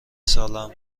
سالم